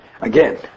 again